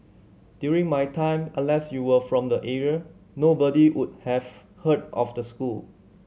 during my time unless you were from the area nobody would have heard of the school